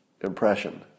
impression